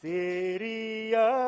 Seria